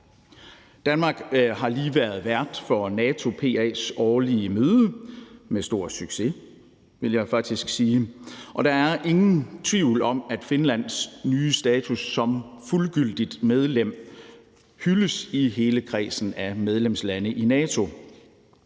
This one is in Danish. Danmark har lige været vært for NATO PA's årlige møde – med stor succes, vil jeg faktisk sige. Og der er ingen tvivl om, at Finlands nye status som fuldgyldigt medlem hyldes i hele kredsen af medlemslande i NATO.